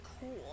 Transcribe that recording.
cool